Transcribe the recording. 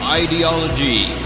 ideology